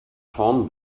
vorn